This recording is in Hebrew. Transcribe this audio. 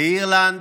אירלנד,